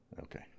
Okay